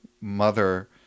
mother